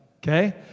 Okay